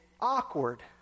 awkward